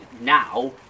now